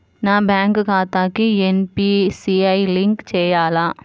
నా బ్యాంక్ ఖాతాకి NPCI link చేయాలా?